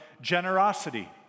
generosity